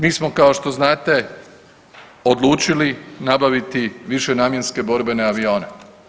Mi smo kao što znate odlučili nabaviti višenamjenske borbene avione.